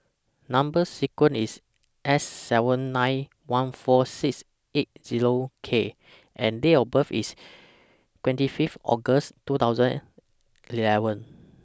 Number sequence IS S seven nine one four six eight Zero K and Date of birth IS twenty five August two thousand and eleven